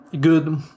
good